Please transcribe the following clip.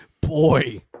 boy